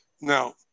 Now